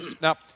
Now